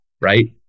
right